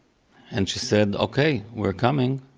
and she said, ok, we're coming!